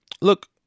look